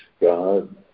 God